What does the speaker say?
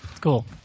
cool